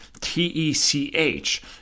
T-E-C-H